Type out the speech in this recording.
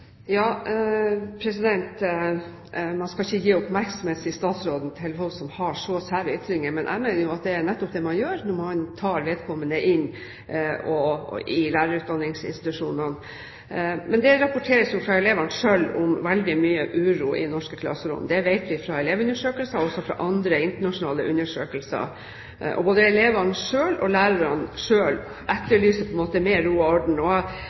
Man skal ikke gi oppmerksomhet til folk som har så sære ytringer, sier statsråden. Men jeg mener jo at det er nettopp det man gjør når man tar vedkommende inn i lærerutdanningsinstitusjonene. Det rapporteres fra elevene selv om veldig mye uro i norske klasserom. Det vet vi fra elevundersøkelser og også fra andre internasjonale undersøkelser. Både elevene selv og lærerne etterlyser mer ro og orden. Jeg savner vel kanskje at man får en